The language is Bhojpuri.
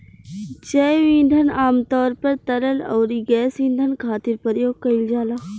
जैव ईंधन आमतौर पर तरल अउरी गैस ईंधन खातिर प्रयोग कईल जाला